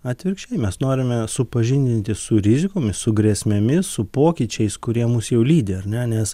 atvirkščiai mes norime supažindinti su rizikomis su grėsmėmis su pokyčiais kurie mus jau lydi ar ne nes